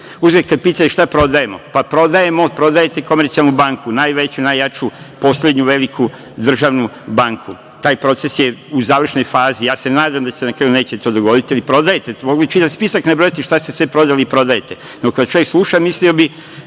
Uzgred, kad pitate šta prodajemo, pa, prodajete Komercijalnu banku, najveću, najjaču, poslednju veliku državnu banku. Taj proces je u završnoj fazi. Ja se nadam da se na kraju neće to dogoditi, ali prodajete. Mogu vam po spisku nabrojati šta ste sve prodali i prodajete. Kad vas čovek sluša, mislio bi,